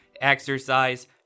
exercise